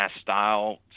style